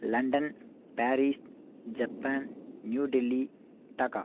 London Paris Japan New Delhi Dhaka